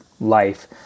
life